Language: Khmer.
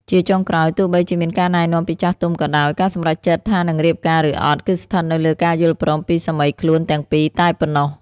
ជាចុងក្រោយ ទោះបីជាមានការណែនាំពីចាស់ទុំក៏ដោយ ការសម្រេចចិត្តថានឹងរៀបការ ឬអត់ គឺស្ថិតនៅលើការយល់ព្រមពីសាមីខ្លួនទាំងពីរតែប៉ុណ្ណោះ។